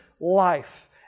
life